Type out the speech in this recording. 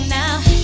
now